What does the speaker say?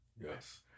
Yes